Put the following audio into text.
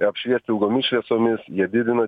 apšviest ilgomis šviesomis jie didina